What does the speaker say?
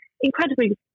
incredibly